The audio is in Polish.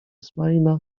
smaina